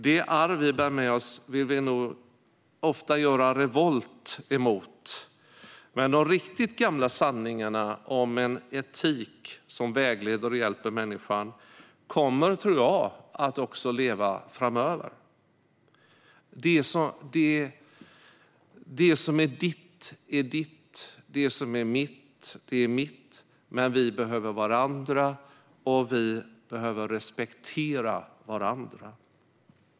Det arv vi bär med oss vill vi nog ofta göra revolt emot, men de riktigt gamla sanningarna om en etik som vägleder och hjälper människan kommer, tror jag, att leva också framöver. Det som är ditt är ditt, det som är mitt är mitt, men vi behöver varandra, och vi behöver respektera varandra.